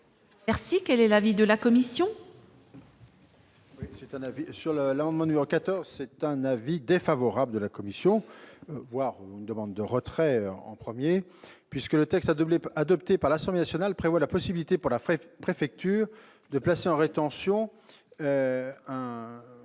précision. Quel est l'avis de la commission ?